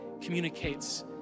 communicates